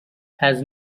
has